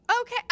Okay